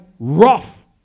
Rough